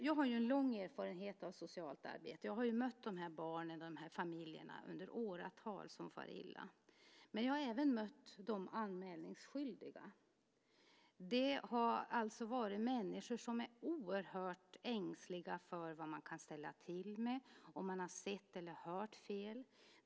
Jag har lång erfarenhet av socialt arbete och har i åratal mött barn och familjer som far illa. Jag har även mött de anmälningsskyldiga - människor som är oerhört ängsliga för vad de kan ställa till med och för att de har sett eller hört fel.